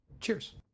Cheers